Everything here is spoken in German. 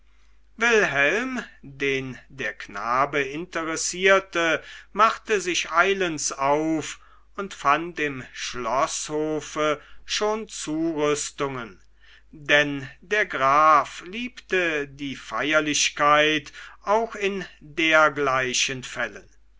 wilhelm den der knabe interessierte machte sich eilends auf und fand im schloßhofe schon zurüstungen denn der graf liebte die feierlichkeit auch in dergleichen fällen